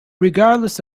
regardless